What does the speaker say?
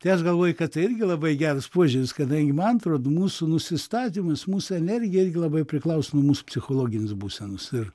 tai aš galvoju kad tai irgi labai geras požiūris kadangi man atrodo mūsų nusistatymas mūsų energija irgi labai priklauso nuo mūsų psichologinės būsenos ir